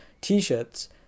T-shirts